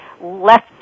left